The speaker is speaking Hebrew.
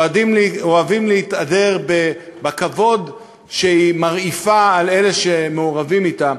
אוהבים להתהדר בכבוד שהיא מרעיפה על אלה שמעורבים אתה,